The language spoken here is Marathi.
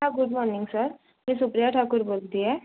हां गुड मॉर्निंग सर मी सुप्रिया ठाकूर बोलते आहे